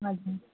हजुर